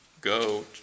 go